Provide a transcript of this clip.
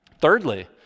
Thirdly